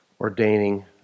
ordaining